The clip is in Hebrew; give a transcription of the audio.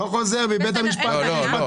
לא חוזר בי, בית המשפט הוא פוליטי.